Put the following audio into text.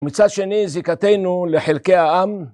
מצד שני זיקתנו לחלקי העם.